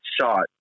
shot